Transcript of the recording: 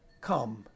come